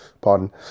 pardon